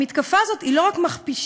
המתקפה הזאת היא לא רק מכפישה,